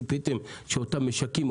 ציפיתם שאותם משקים,